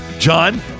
john